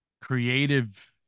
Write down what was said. creative